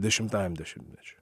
dešimtajam dešimtmečiui